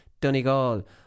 Donegal